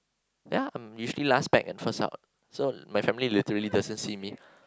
ya I'm usually last back and first out so my family literally doesn't see me